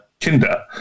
Kinder